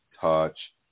touch